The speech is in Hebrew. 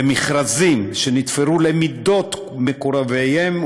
למכרזים שנתפרו למידות מקורביהם,